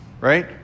right